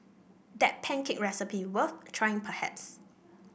that pancake recipe worth trying perhaps